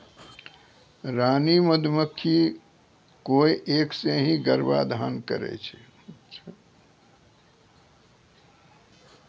रानी मधुमक्खी कोय एक सें ही गर्भाधान करै छै